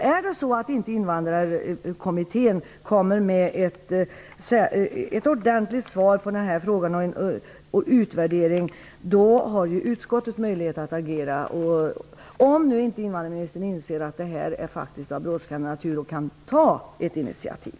Kommer inte invandrarkommittén med ett ordentligt svar på den här frågan och med förslag till en utvärdering har utskottet möjlighet att agera, om inte invandrarministern inser att det här faktiskt är av brådskande natur och kan ta ett initiativ.